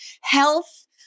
health